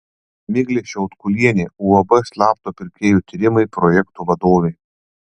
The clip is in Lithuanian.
miglė šiautkulienė uab slapto pirkėjo tyrimai projektų vadovė